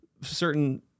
certain